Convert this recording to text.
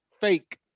fake